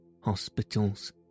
hospitals